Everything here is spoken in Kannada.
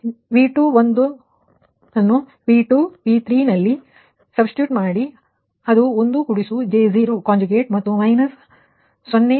ಆದ್ದರಿಂದ ನೀವು V21 ಮಾಡಿ ಮತ್ತು ನಂತರ ನೀವು V2 V3 ನಲ್ಲಿ ಸಬ್ಸ್ಟಿಟ್ಯೂಟ್ ಮಾಡಿ ಅದು 1 j 0 ಕಾಂಜುಗೇಟ್ ಮತ್ತು ಮೈನಸ್ 0